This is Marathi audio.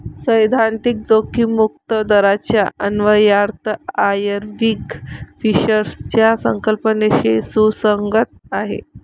सैद्धांतिक जोखीम मुक्त दराचा अन्वयार्थ आयर्विंग फिशरच्या संकल्पनेशी सुसंगत आहे